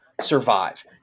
survive